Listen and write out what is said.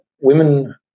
women